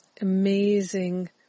amazing